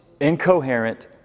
incoherent